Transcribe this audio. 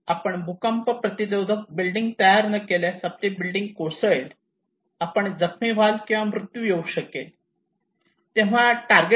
आपण भूकंप प्रतिरोधक बिल्डिंग तयार न केल्यास आपली बिल्डिंग कोसळेल आपण जखमी व्हाल किंवा मृत्यू येऊ शकेल